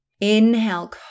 Inhale